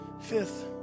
Fifth